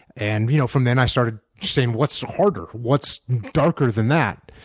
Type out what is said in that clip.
and you know from then, i started saying what's harder? what's darker than that?